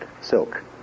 silk